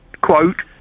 quote